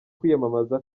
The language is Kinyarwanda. kwiyamamaza